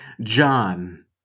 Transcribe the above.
John